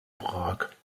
prag